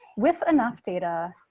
with enough data,